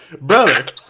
Brother